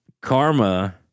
karma